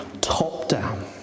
Top-down